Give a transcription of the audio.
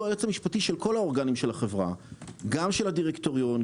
הוא של כל האורגנים של החברה - גם של הדירקטוריון,